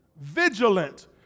Vigilant